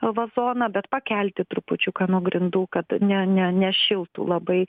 vazoną bet pakelti trupučiuką nuo grindų kad ne ne nešiltų labai